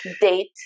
date